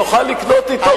תוכל לקנות אתו בלוב,